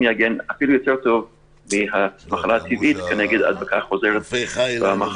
יגן אפילו יותר טוב מהמחלה הטבעית כנגד הדבקה חוזרת במחלה.